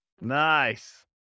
Nice